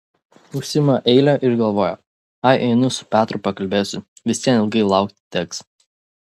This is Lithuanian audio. užsiima eilę ir galvoja ai einu su petru pakalbėsiu vis vien ilgai laukti teks